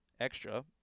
extra